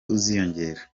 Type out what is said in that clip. uziyongera